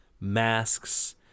masks